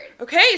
Okay